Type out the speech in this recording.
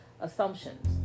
assumptions